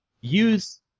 use